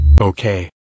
Okay